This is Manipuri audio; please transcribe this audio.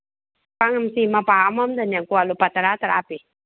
ꯄꯥꯛꯅꯝꯁꯤ ꯃꯄꯥꯛ ꯑꯃꯃꯝꯗꯅꯦꯀꯣ ꯂꯨꯄꯥ ꯇꯔꯥ ꯇꯔꯥ ꯄꯤ